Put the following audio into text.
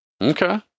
Okay